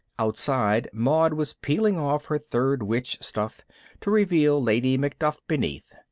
outside maud was peeling off her third witch stuff to reveal lady macduff beneath.